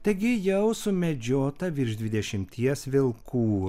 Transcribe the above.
taigi jau sumedžiota virš dvidešimties vilkų